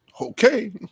Okay